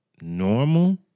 normal